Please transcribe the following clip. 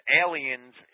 aliens